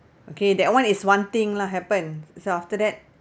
okay that [one] is one thing lah happen so after that